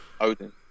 Odin